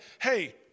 hey